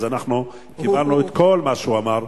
אז אנחנו קיבלנו את כל מה שהוא אמר.